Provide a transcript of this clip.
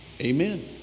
Amen